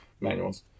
manuals